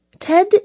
TED